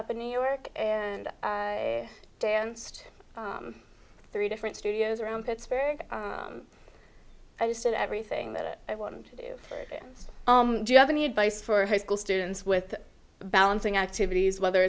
up in new york and i danced three different studios around pittsburgh i just did everything that i wanted to do do you have any advice for high school students with balancing activities whether